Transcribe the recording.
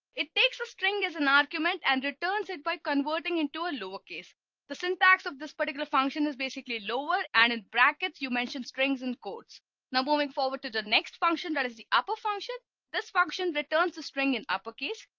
it takes a string as an argument and returns it by converting into a lower case the syntax of this particular function is basically lower and in brackets, you mentioned strings in quotes now moving forward to the next function. that is the upper function this function returns the string in uppercase.